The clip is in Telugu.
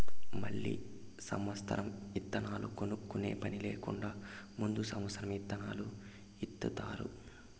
మళ్ళీ సమత్సరం ఇత్తనాలు కొనుక్కునే పని లేకుండా ముందు సమత్సరం ఇత్తనాలు ఇత్తుతారు